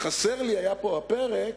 חסר היה לי פה הפרק: